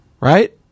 Right